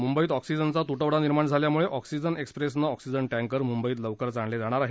मुंबईत ऑक्सिजनचा तुटवडा निर्माण झाल्यामुळे ऑक्सिजन एक्सप्रेसनं ऑक्सिजन टँकर मुंबईत लवकरच आणले जाणार आहेत